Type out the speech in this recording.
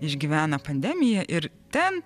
išgyvena pandemiją ir ten